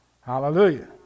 Hallelujah